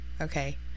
okay